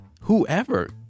whoever